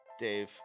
Dave